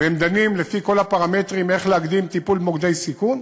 והם דנים לפי כל הפרמטרים איך להקדים טיפול במוקדי סיכון,